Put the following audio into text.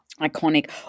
Iconic